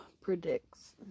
predicts